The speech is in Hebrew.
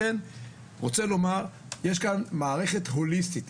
אני רוצה לומר שיש כאן מערכת הוליסטית.